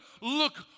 look